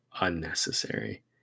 unnecessary